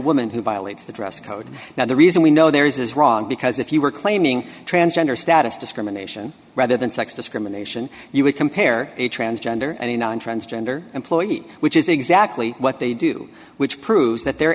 woman who violates the dress code now the reason we know there is wrong because if you were claiming transgender status discrimination rather than sex discrimination you would compare a transgender anyone transgender employee which is exactly what they do which proves that they're